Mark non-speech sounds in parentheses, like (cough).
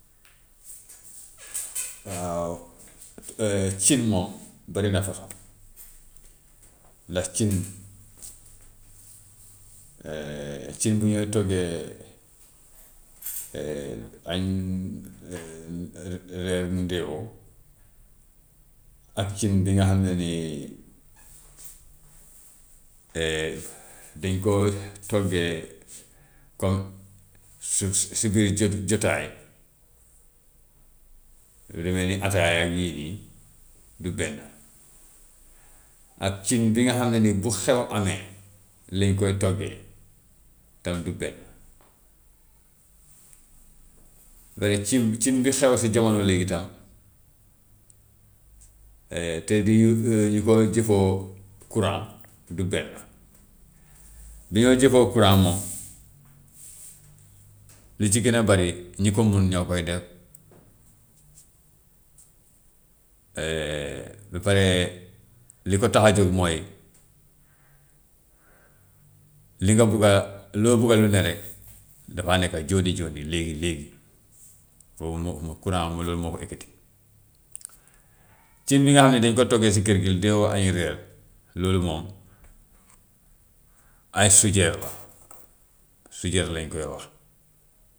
(noise) waaw (hesitation) cin moom bari na façon (noise) ndax cin (hesitation) cin bu ñuy toggee (noise) añ, (hesitation) reer, ndewó, ak cin bi nga xam ne nii (hesitation) dañ koo toggee comme su su su biir jot- jotaay, lu mel ni ataayaag yii nii du benn, ak cin bi nga xam ne ne bu xew amee lañ koy toggee, tam du benn. Waaye cin cin bi xew si jamono léegi tam (hesitation) te di ñu (hesitation) ñu ko jëfoo courant du benn. Bi ñoo jëfoo courant moom (noise) li ci gën a bari ñi ko mun ñoo koy def (noise) (hesitation) ba pare li ko tax a jóg mooy, li nga bugga loo bugga lu ne rek dafaa nekk jóoni-jóoni, léegi-léegi, boobu mu mu courant loolu moo ko ëkkati. Cin bi nga xam ne dañ koy toggee si kër gi ndewó, añ, reer loolu moom ay sujeer la (noise) sujeer lañ koy wax.